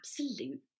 absolute